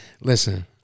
Listen